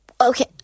Okay